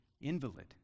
invalid